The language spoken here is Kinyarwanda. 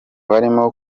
barimo